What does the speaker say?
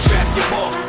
Basketball